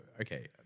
okay